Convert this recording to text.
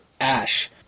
ash